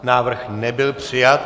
Návrh nebyl přijat.